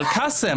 אל-קאסם,